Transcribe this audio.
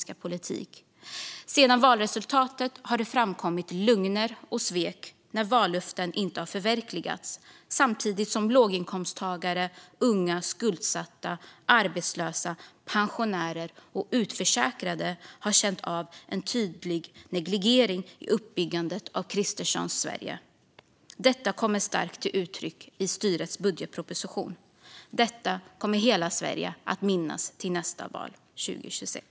Samhällsplanering, bostadsförsörjning och byggande samt konsu-mentpolitik Sedan valresultatet kom har det framkommit lögner och svek när vallöften inte har förverkligats samtidigt som låginkomsttagare, unga, skuldsatta, arbetslösa, pensionärer och utförsäkrade har känt av en tydlig negligering i uppbyggandet av Kristerssons Sverige. Detta kommer starkt till uttryck i styrets budgetproposition. Det kommer hela Sverige att minnas till nästa val 2026.